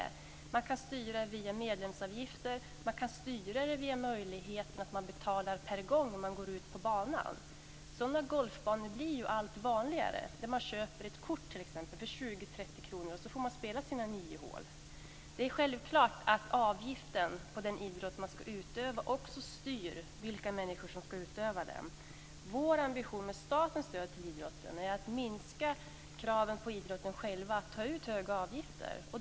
Det går att styra via medlemsavgifterna eller t.ex. genom möjligheten att betala för varje gång utövaren går ut på banan. Golfbanor där det går att köpa ett kort för 20-30 kr för att spela nio hål blir allt vanligare. Det är självklart att avgiften på den idrott man ska utöva också styr vilka människor som kan utöva den. Vår ambition med statens stöd till idrotten är att minska kraven på idrotten att ta ut höga avgifter.